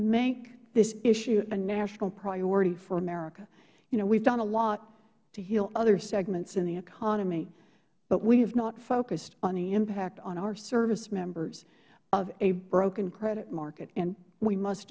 make this issue a national priority for america you know we've done a lot to heal other segments in the economy but we have not focused on the impact on our servicemembers of a broken credit market and we must